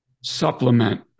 supplement